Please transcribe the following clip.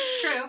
True